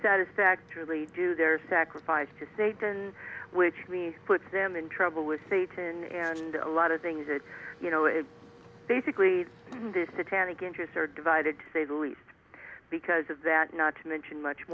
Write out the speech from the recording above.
satisfactorily do their sacrifice to satan which me puts them in trouble with satan and a lot of things that basically this atlantic interests are divided to say the least because of that not to mention much